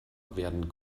werden